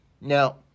Now